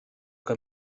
que